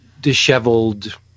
disheveled